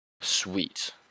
Sweet